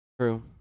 True